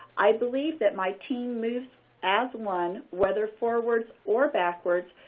i believe that my team moves as one, whether forwards or backwards.